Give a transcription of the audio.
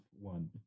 one